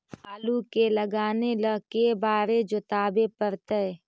आलू के लगाने ल के बारे जोताबे पड़तै?